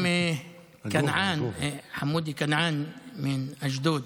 גם כנעאן, חמודי כנעאן מן אשדוד.